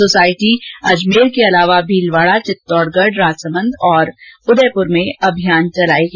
society Ajmer के अलावा भीलवाड़ा चित्तौड़गढ राजसमंद और उदयपुर में अभियान चलाएगी